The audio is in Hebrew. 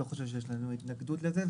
לא חושב שתהיה לנו התנגדות לזה.